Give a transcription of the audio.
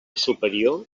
superior